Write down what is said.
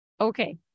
Okay